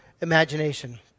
imagination